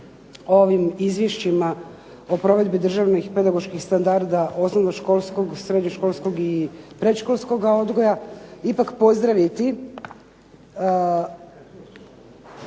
o ovim izvješćima o provedbi državnih pedagoških standarda osnovnoškolskog i srednjoškolskog i predškolskoga odgoja ipak pozdraviti